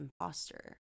imposter